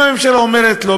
אם הממשלה אומרת לא,